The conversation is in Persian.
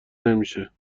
نمیشه